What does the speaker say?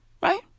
Right